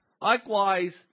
Likewise